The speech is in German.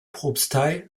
propstei